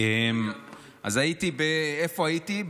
איפה הייתי?